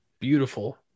beautiful